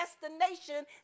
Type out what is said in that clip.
destination